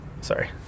Sorry